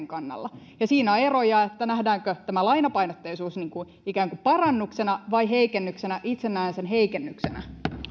kannalla siinä on eroja nähdäänkö tämä lainapainotteisuus ikään kuin parannuksena vai heikennyksenä itse näen sen heikennyksenä